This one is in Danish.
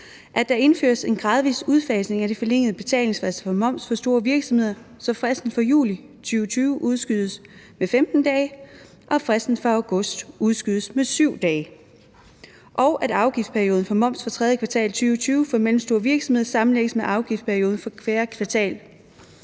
at der indføres en gradvis udfasning af de forlængede betalingsfrister for moms for store virksomheder, så fristen for juli 2020 udskydes med 15 dage og fristen for august udskydes med 7 dage, og at afgiftsperioden for moms for tredje kvartal 2020 for mellemstore virksomheder sammenlægges med afgiftsperioden for fjerde